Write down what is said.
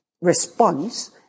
response